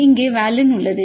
இங்கே வாலின் உள்ளது